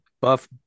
buff